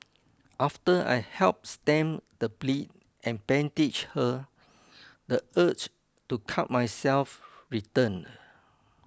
after I helped stem the bleed and bandaged her the urge to cut myself returned